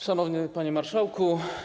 Szanowny Panie Marszałku!